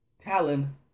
Talon